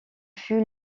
fut